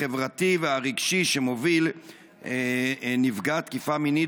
החברתי והרגשי שמוביל נפגע תקיפה מינית